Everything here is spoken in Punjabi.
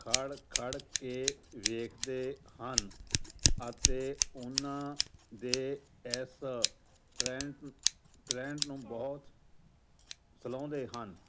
ਖੜ੍ਹ ਖੜ੍ਹ ਕੇ ਵੇਖਦੇ ਹਨ ਅਤੇ ਉਹਨਾਂ ਦੇ ਇਸ ਟਰੈਡ ਟਰੈਡ ਨੂੰ ਬਹੁਤ ਸਹਿਲਾਉਂਦੇ ਹਨ